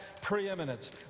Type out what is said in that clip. preeminence